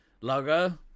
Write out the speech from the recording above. logo